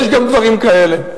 יש גם דברים כאלה.